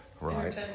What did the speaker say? Right